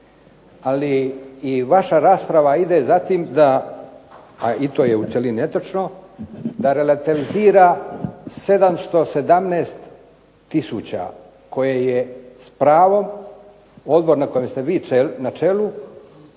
ali i vaša rasprava ide za tim, a i to je u cjelini netočno da relativizira 717 tisuća koje je s pravom Odbor kojem ste vi na čelu,